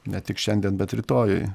ne tik šiandien bet rytojui